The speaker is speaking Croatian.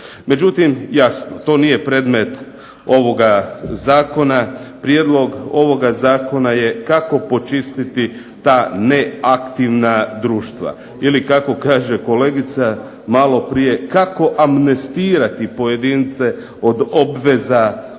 Međutim, jasno to nije predmet ovoga zakona. Prijedlog ovoga zakona je kako počistiti ta neaktivna društva ili kako kaže kolegica maloprije kako amnestirati pojedince od obveza koje